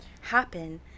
happen